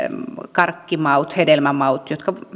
karkkimaut hedelmämaut